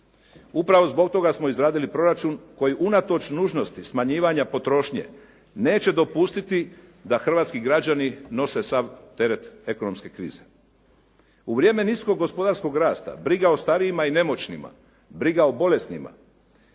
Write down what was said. Upravo zbog toga smo izradili proračun koji unatoč nužnosti smanjivanja potrošnje neće dopustiti da hrvatski građani nose sav teret ekonomske krize. U vrijeme niskog gospodarskog rasta briga o starijima i nemoćnima, briga o bolesnima,